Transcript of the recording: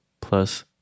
plus